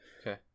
Okay